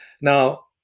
Now